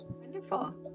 Wonderful